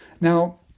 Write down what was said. Now